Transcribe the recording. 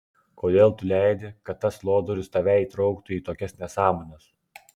kodėl tu leidi kad tas lodorius tave įtrauktų į tokias nesąmones